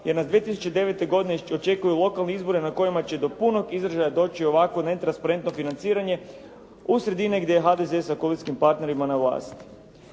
jer nas 2009. godine očekuju lokalni izbori na kojima će do punog izražaja doći ovako netransparentno financiranje u sredine gdje je HDZ sa koalicijskim partnerima na vlasti.